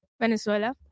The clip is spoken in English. Venezuela